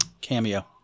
cameo